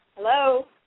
Hello